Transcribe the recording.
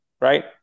right